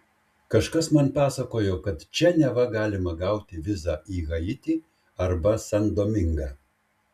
kažkas man pasakojo kad čia neva galima gauti vizą į haitį arba san domingą